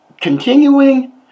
continuing